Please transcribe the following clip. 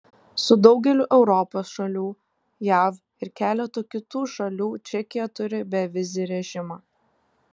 su daugeliu europos šalių jav ir keletu kitų šalių čekija turi bevizį režimą